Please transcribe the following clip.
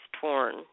torn